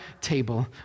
table